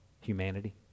Humanity